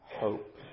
hope